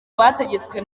bategetswe